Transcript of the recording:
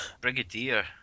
Brigadier